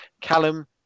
Callum